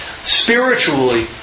spiritually